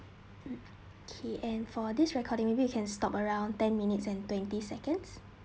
mm okay and for this recording maybe you can stop around ten minutes and twenty seconds